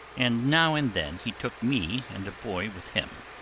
and now and then he took me and a boy with him,